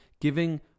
giving